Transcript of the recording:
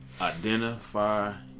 Identify